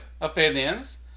opinions